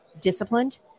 disciplined